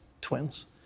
twins